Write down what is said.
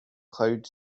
cloud